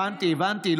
הבנתי, הבנתי.